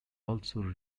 also